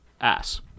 Ass